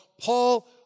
Paul